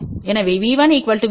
எனவே V1 V2